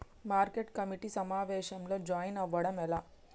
Market committee సమావేశంలో join అవ్వడం ఎలా?